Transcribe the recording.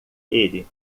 ele